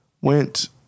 went